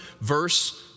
Verse